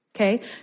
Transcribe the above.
Okay